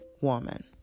woman